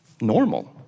normal